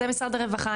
זה משרד הרווחה,